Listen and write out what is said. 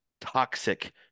toxic –